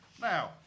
Now